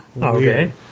okay